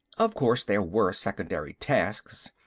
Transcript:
of course there were secondary tasks,